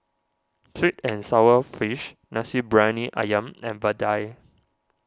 Sweet and Sour Fish Nasi Briyani Ayam and Vadai